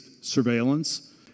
surveillance